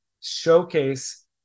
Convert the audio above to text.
showcase